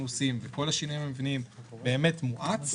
עושים וכל השינויים המבניים באמת מואץ,